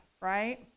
right